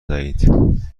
دهید